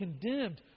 condemned